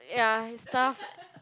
ya it's tough